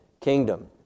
kingdom